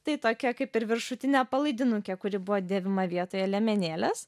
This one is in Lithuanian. tai tokia kaip ir viršutinė palaidinukė kuri buvo dėvima vietoje liemenėlės